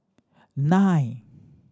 nine